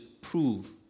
prove